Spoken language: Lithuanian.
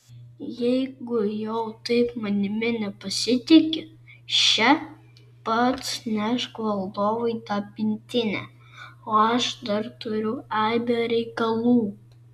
jeigu jau taip manimi nepasitiki še pats nešk valdovui tą pintinę o aš dar turiu aibę reikalų